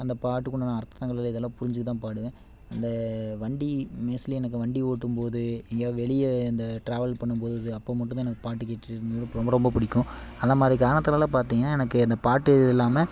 அந்த பாட்டுக்கு உண்டான அர்த்தங்கள் இதெல்லாம் புரிஞ்சு தான் பாடுவேன் அந்த வண்டி மேஸ்ட்லீ எனக்கு வண்டி ஓட்டும் போது எங்கேயா வெளியே இந்த ட்ராவல் பண்ணும் போது அப்போ மட்டுந்தான் எனக்கு பாட்டு கேட்டுகிட்டு இருக்கது ரொம்ப ரொம்ப பிடிக்கும் அந்த மாதிரி காலத்துலெலாம் பார்த்தீங்கன்னா எனக்கு அந்த பாட்டு இல்லாமல்